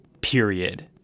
period